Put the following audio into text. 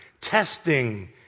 testing